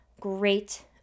Great